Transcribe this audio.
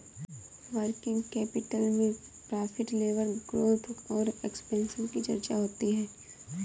working capital में profit level growth और expansion की चर्चा होती है